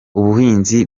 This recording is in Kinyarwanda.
ubuhinzi